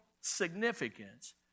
significance